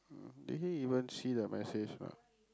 did he even see the message or not